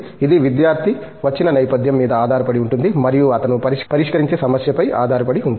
ఇది విద్యార్థి వచ్చిన నేపథ్యం మీద ఆధారపడి ఉంటుంది మరియు అతను పరిష్కరించే సమస్యపై ఆధారపడి ఉంటుంది